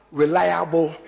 reliable